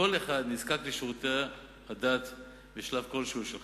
כל אחד, נזקק לשירותי הדת בשלב כלשהו של חייו.